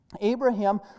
Abraham